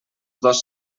dos